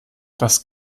das